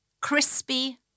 Crispy